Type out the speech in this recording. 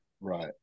Right